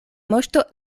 moŝto